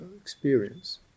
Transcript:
experience